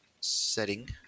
setting